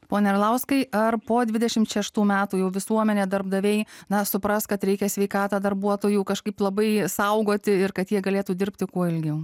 pone arlauskai ar po dvidešim šeštų metų jau visuomenė darbdaviai na supras kad reikia sveikatą darbuotojų kažkaip labai saugoti ir kad jie galėtų dirbti kuo ilgiau